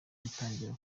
gutangira